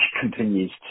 continues